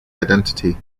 identity